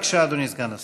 בבקשה, אדוני סגן השר.